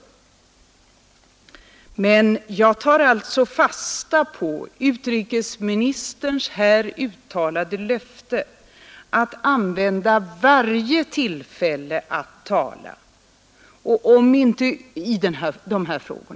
Men jag tar alltså fasta på utrikesministerns här uttalade löfte att använda varje tillfälle att tala i dessa frågor.